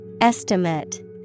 Estimate